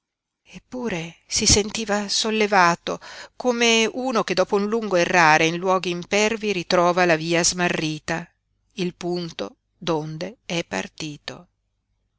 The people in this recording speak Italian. eppure si sentiva sollevato come uno che dopo lungo errare in luoghi impervi ritrova la via smarrita il punto donde è partito